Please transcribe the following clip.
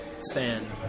stand